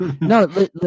No